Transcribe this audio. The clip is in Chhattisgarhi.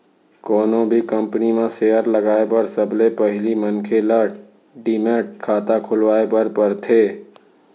कोनो भी कंपनी म सेयर लगाए बर सबले पहिली मनखे ल डीमैट खाता खोलवाए बर परथे